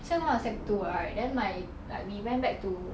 sec one or sec two right then my like we went back to